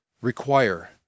require